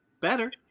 Better